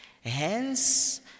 hence